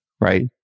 right